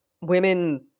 women